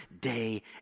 day